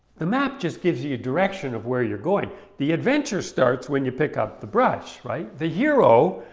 the map just gives you a direction of where you're going. the adventure starts when you pick up the brush, right? the hero,